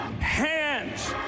hands